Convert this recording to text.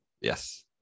Yes